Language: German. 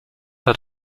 hat